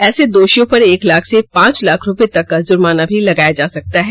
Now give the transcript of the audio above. ऐसे दोषियों पर एक लाख से पांच लाख रुपये तक का जुर्माना भी लगाया जा सकता है